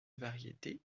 variétés